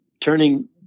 turning